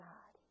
God